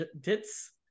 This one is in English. ditz